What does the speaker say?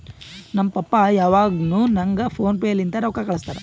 ನಮ್ ಪಪ್ಪಾ ಯಾವಾಗ್ನು ನಂಗ್ ಫೋನ್ ಪೇ ಲಿಂತೆ ರೊಕ್ಕಾ ಕಳ್ಸುತ್ತಾರ್